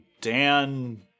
Dan